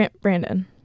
brandon